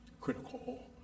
critical